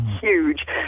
huge